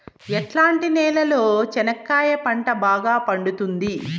ఎట్లాంటి నేలలో చెనక్కాయ పంట బాగా పండుతుంది?